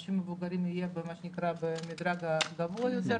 לאנשים מבוגרים יהיו במדרג הגבוה יותר.